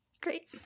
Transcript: Great